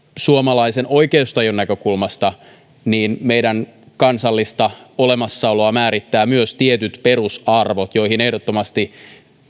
suomalaisen oikeustajun näkökulmasta meidän kansallista olemassaoloamme määrittävät myös tietyt perusarvot joihin ehdottomasti